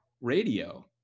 radio